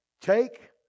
Take